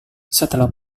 setelah